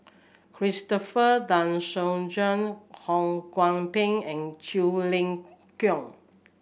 Christopher De Souza Ho Kwon Ping and Quek Ling Kiong